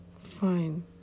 fine